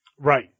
right